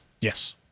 yes